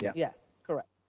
yeah yes, correct.